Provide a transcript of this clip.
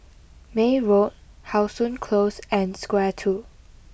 May Road how Sun close and square two